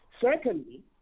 Secondly